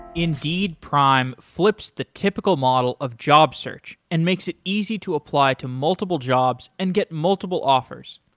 indeed prime flips the typical model of job search and makes it easy to apply to multiple jobs and get multiple offers.